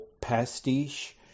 pastiche